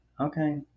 Okay